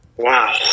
Wow